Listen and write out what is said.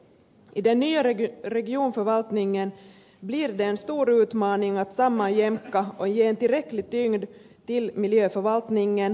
i den nya regionförvaltningen blir det en stor utmaning att sammanjämka och ge en tillräcklig tyngd till miljöförvaltningen